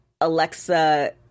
Alexa